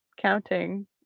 counting